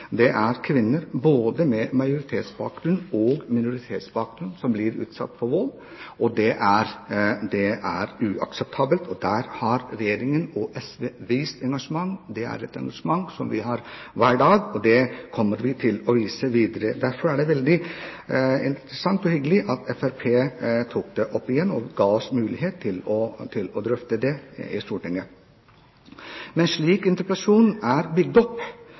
Det er kvinner både med majoritetsbakgrunn og minoritetsbakgrunn som blir utsatt for vold. Det er uakseptabelt. Der har Regjeringen og SV vist engasjement. Det er et engasjement vi har hver dag, og det kommer vi til å vise videre. Derfor er det veldig interessant og hyggelig at Fremskrittspartiet tok det opp igjen, og ga oss muligheten til å drøfte det i Stortinget. Slik interpellasjonen er bygd opp,